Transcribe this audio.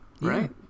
right